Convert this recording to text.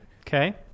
Okay